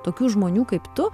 tokių žmonių kaip tu